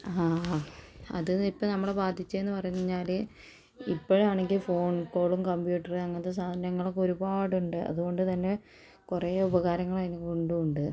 അത് ഇപ്പം നമ്മളെ ബാധിച്ചതെന്ന് പറഞ്ഞാല് ഇപ്പഴാണെങ്കിൽ ഫോൺ കോളും കമ്പ്യൂട്ടറും അങ്ങനത്തെ സാധനങ്ങളൊക്കെ ഒരുപാടുണ്ട് അതുകൊണ്ട് തന്നെ കുറെ ഉപകാരങ്ങള് അതിനെ കൊണ്ടും ഉണ്ട്